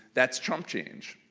that's chump change,